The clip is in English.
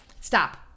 Stop